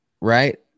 right